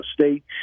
State